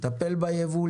לטפל בייבוא,